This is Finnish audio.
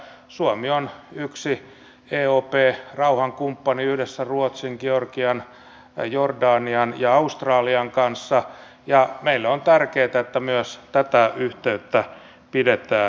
suomi on yksi eop rauhankumppani yhdessä ruotsin georgian jordanian ja australian kanssa ja meille on tärkeätä että myös tätä yhteyttä pidetään yllä